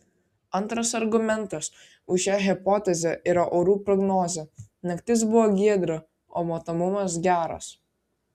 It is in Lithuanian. antras argumentas už šią hipotezę yra orų prognozė naktis buvo giedra o matomumas geras